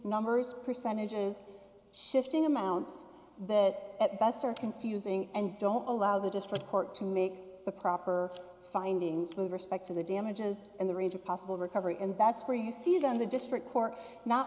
numbers percentages shifting amounts that at best are confusing and don't allow the district court to make the proper findings with respect to the damages and the range of possible recovery and that's where you see it on the district court not